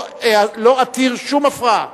לא אתיר שום הפרעה.